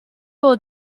will